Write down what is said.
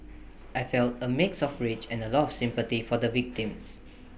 I felt A mix of rage and A lot of sympathy for the victims